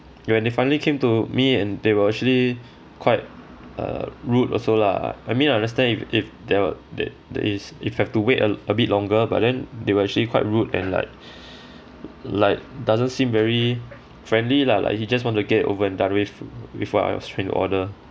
and when they finally came to me and they were actually quite err rude also lah I mean I understand if if they were they that is if have to wait a a bit longer but then they were actually quite rude and like like doesn't seem very friendly lah like he just want to get it over and done with with what I was trying to order